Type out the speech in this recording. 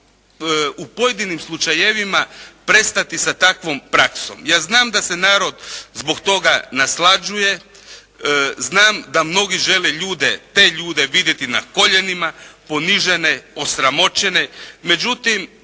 u pojedinim slučajevima prestati sa takvom praksom. Ja znam da se narod zbog toga naslađuje. Znam da mnogi žele ljude, te ljude vidjeti na koljenima, ponižene, osramoćene međutim